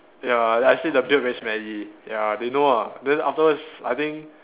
ya then I say the beard very smelly ya they know ah then afterwards I think